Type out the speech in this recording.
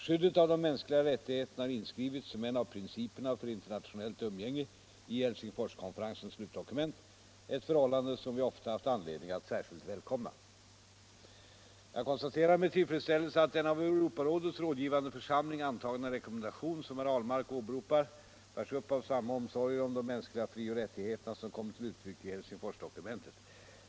Skyddet av de mänskliga rättigheterna har inskrivits som en av principerna för internationellt umgänge i Helsingforskonferensens slutdokument, ett förhållande som vi ofta haft anledning att särskilt välkomna. Jag konstaterar med tillfredsställelse att den av Europarådets rådgivande församling antagna rekommendation som herr Ahlmark åberopar bärs upp av samma omsorger om de mänskliga frioch rättigheterna som kommit till uttryck i Helsingforsdokumentet.